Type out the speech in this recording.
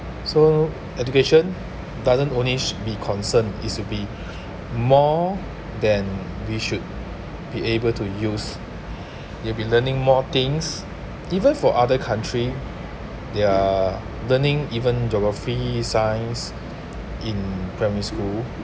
so education doesn't only be concerned is to be more than we should be able to use you'll be learning more things even for other country they're learning even geography science in primary school